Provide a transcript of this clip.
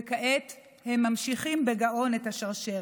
וכעת הם ממשיכים בגאון את השרשרת.